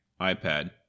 iPad